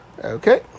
Okay